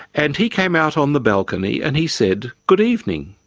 and he came out on the balcony and he said, good evening.